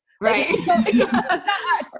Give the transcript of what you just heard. Right